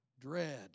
dread